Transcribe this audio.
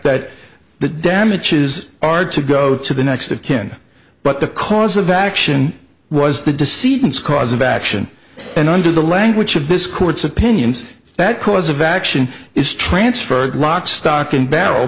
that the damages are to go to the next of kin but the cause of action was the deceit and scores of action and under the language of this court's opinions that cause of action is transferred lock stock and barrel